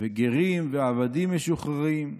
וגרים, ועבדים משוחררים.